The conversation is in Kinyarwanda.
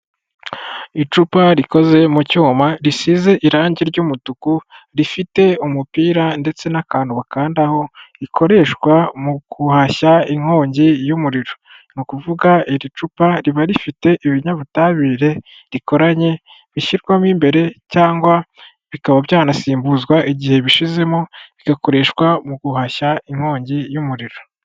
Icupa rikoze mu cyuma risize irangi ry'umutuku rifite umupira ndetse n'akantu bakandaho rikoreshwa mu guhashya inkongi y'umuriro n'ukuvuga iri cupa riba rifite ibinyabutabire rikoranye bishyirwamo imbere cyangwa bikaba byanasimbuzwa igihe bishizemo bigakoreshwa mu guhashya inkongi y'umuriro.